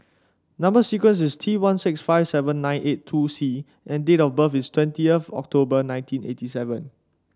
number sequence is T one six five seven nine eight two C and date of birth is twentieth October nineteen eighty seven